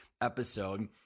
episode